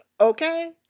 Okay